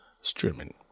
streaming